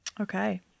Okay